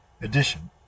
addition